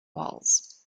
walls